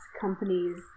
companies